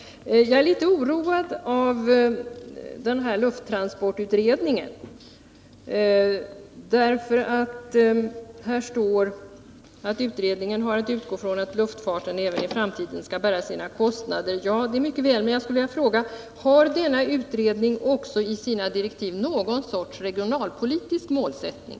Jag är litet oroad av lufttransportutredningens direktiv, eftersom det där sägs att utredningen har att utgå från att luftfarten även i framtiden skall bära sina kostnader. Det är i och för sig bra. Men jag skulle vilja fråga: Finns det i direktiven till denna utredning någon regionalpolitisk målsättning?